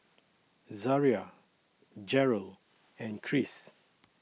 Zaria Jerrel and Chris